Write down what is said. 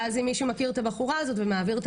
ואז אם מישהו מכיר את הבחורה הזו ומעביר את